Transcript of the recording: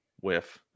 Whiff